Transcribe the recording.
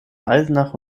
eisenach